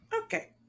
Okay